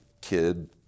kid